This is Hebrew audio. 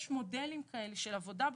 יש מודלים כאלה של עבודה בקבוצות.